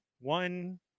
One